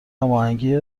هماهنگی